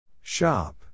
Shop